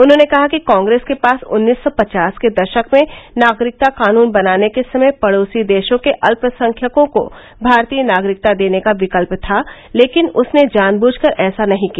उन्होंने कहा कि कांग्रेस के पास उन्नीस सौ पचास के दशक में नागरिकता कानून बनाने के समय पड़ोसी देशॉ के अत्यसंख्यकों को भारतीय नागरिकता देने का विकल्प था लेकिन उसने जान बुझकर ऐसा नहीं किया